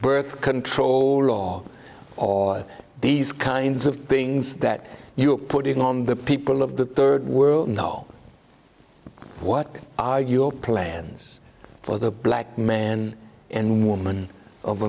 birth control law or these kinds of things that you're putting on the people of the world no what are your plans for the black man and woman of